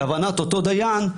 כהבנת אותו דיין,